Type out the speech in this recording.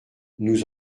nous